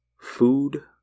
food